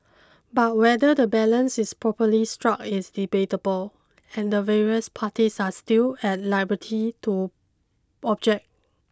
but whether the balance is properly struck is debatable and the various parties are still at liberty to object